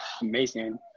amazing